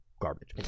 garbage